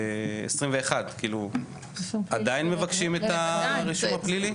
21, עדיין מבקשים את הרישום הפלילי?